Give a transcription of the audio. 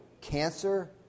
Cancer